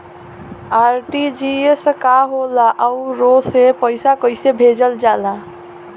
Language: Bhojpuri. आर.टी.जी.एस का होला आउरओ से पईसा कइसे भेजल जला?